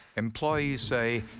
employees say,